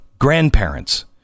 grandparents